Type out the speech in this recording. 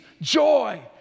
joy